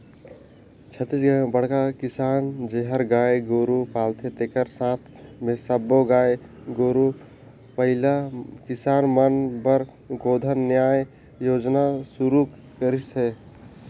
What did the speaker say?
छत्तीसगढ़ में बड़खा किसान जेहर गाय गोरू पालथे तेखर साथ मे सब्बो गाय गोरू पलइया किसान मन बर गोधन न्याय योजना सुरू करिस हे